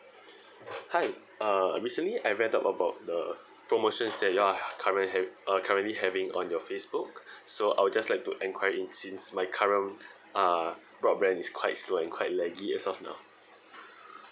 hi uh recently I read up about the promotions that you all are current hav~ uh currently having on your facebook so I'll just like to enquire it since my current uh broadband is quite slow and quite laggy as of now